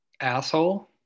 Asshole